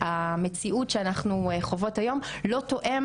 אני רוצה רק בסוף לומר דבר אחרון,